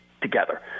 together